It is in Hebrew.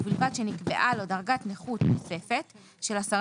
ובלבד שנקבעה לו דרגת נכות נוספת של 10